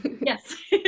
Yes